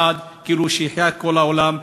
כאילו החיה את כל העולם.